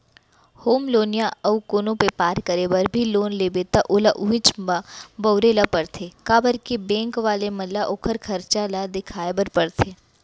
home loan या अउ कोनो बेपार करे बर भी लोन लेबे त ओला उहींच म बउरे ल परथे काबर के बेंक वाले मन ल ओखर खरचा ल देखाय बर परथे